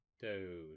Dude